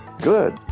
Good